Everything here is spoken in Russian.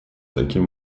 таким